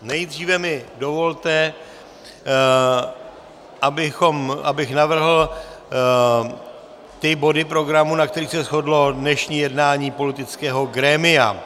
Nejdříve mi dovolte, abych navrhl ty body programu, na kterých se shodlo dnešní jednání politického grémia.